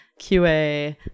QA